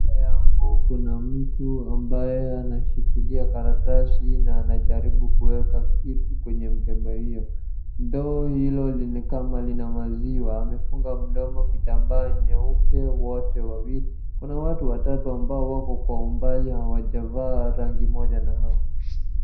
Mbele yangu kuna mtu ambaye anashikilia karatasi na anajaribu kuweka kitu kwenye mkebe hiyo. Ndoo hilo ni kama lina maziwa, amefunga mdomo na kitambaa nyeupe wote wawili. Kuna watu watatu ambao wako kwa umbali hawajavaa rangi moja na hao.